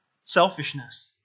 selfishness